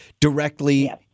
directly